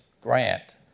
Grant